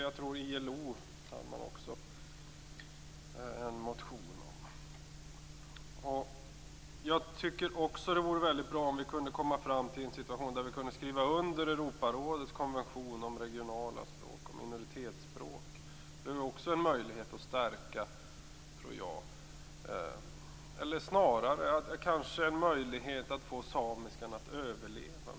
Jag tror att det också finns en motion om Det vore bra om vi kunde skriva under Europarådets konvention om regionala språk och minoritetsspråk. Det ger också en möjlighet att stärka de här språken - eller innebär det kanske snarare en möjlighet för samiskan att överleva?